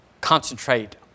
concentrate